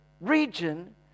region